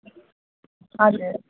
हजुर